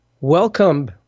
welcome